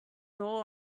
door